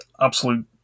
absolute